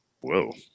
Whoa